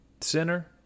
center